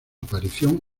aparición